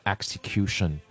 Execution